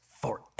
forever